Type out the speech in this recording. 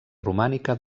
romànica